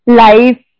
life